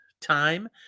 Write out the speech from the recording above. time